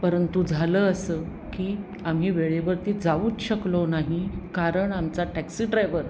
परंतु झालं असं की आम्ही वेळेवरती जाऊच शकलो नाही कारण आमचा टॅक्सी ड्रायवर